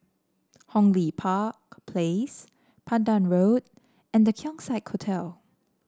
Hong Lee Park Place Pandan Road and The Keong Saik Hotel